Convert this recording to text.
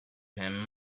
him